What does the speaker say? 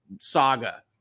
saga